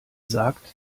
sagt